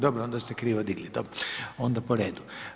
Dobro onda ste krivo digli, onda po redu.